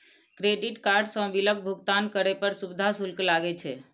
credit card सं बिलक भुगतान करै पर सुविधा शुल्क लागै छै